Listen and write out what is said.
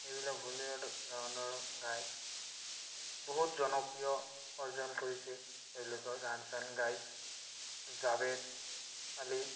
এইবিলাক বলিউড গানৰ গায় বহুত জনপ্ৰিয় অৰ্জন কৰিছে তেওঁলোকৰ গান চান গাই জাবেদ আলি